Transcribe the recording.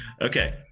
Okay